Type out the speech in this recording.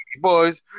boys